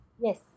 Yes